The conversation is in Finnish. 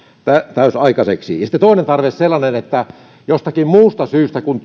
täysaikaiseksi sitten toinen tarve on sellainen että jostakin muusta syystä kuin